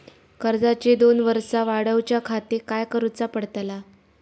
कर्जाची दोन वर्सा वाढवच्याखाती काय करुचा पडताला?